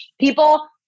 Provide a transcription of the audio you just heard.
people